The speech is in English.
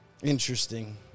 Interesting